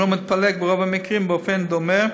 והוא מתפלג ברוב המקרים באופן דומה